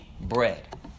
Bread